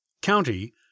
county